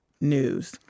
news